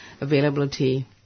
availability